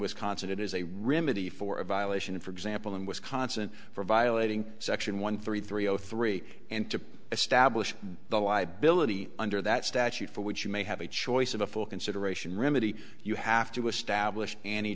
wisconsin it is a remedy for a violation for example in wisconsin for violating section one three three zero three and to establish the liability under that statute for which you may have a choice of a full consideration remedy you have to establish an